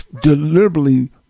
deliberately